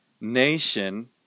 nation